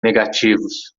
negativos